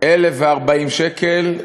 1,040 שקל,